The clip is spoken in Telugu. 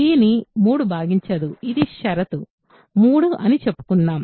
b ని 3 భాగించదు ఇది షరతు 3 అని చెప్పుకుందాం